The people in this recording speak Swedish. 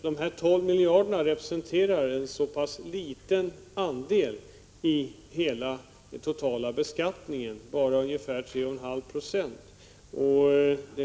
Dessa 12 miljarder representerar en liten andel i den totala beskattningen, bara ungefär 3,5 90.